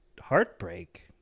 heartbreak